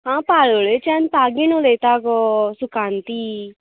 हांव पाळोळेच्यान पागीन उलयता गो सुकांती